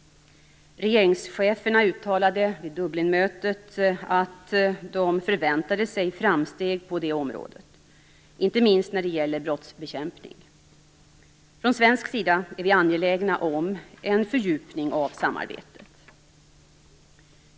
Regeringscheferna uttalade vid Dublinmötet att de förväntade sig framsteg på detta område, inte minst när det gäller brottsbekämpning. Från svensk sida är vi angelägna om en fördjupning av samarbetet.